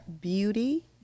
beauty